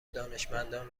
دانشمندان